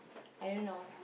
I don't know